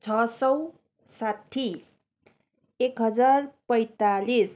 छ सय साट्ठी एक हजार पैतालिस